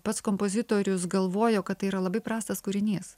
pats kompozitorius galvojo kad tai yra labai prastas kūrinys